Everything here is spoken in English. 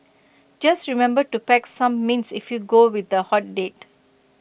just remember to pack some mints if you go with A hot date